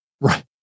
Right